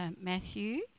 Matthew